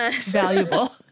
valuable